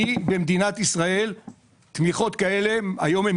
כי במדינת ישראל תמיכות כאלה היום הן